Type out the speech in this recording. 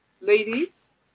ladies